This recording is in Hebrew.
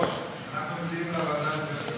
אנחנו מציעים לוועדה לפניות הציבור.